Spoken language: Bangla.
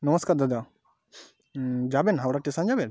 নমস্কার দাদা যাবেন হাওড়া স্টেশন যাবেন